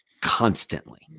constantly